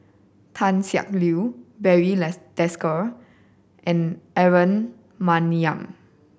Tan Siak Kew Barry Desker and Aaron Maniam